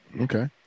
Okay